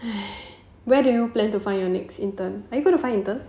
where do you plan to find your next intern are you gonna find intern